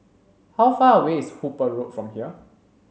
how far away is Hooper Road from here